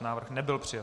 Návrh nebyl přijat.